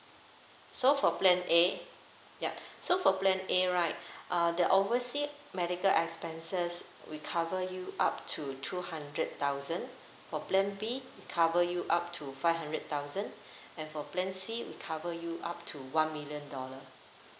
so for plan A yup so for plan A right uh the oversea medical expenses we cover you up to two hundred thousand for plan B we cover you up to five hundred thousand and for plan C we cover you up to one million dollar